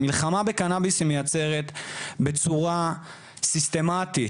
המלחמה בקנאביס מייצרת בצורה סיסטמתית,